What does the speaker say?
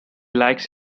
likes